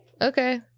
Okay